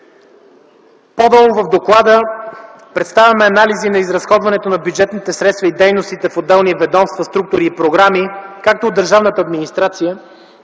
По-долу в доклада представяме анализи на изразходването на бюджетните средства и дейностите в отделни ведомства, структури и програми както от държавната администрация,